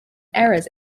errors